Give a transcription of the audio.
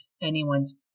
anyone's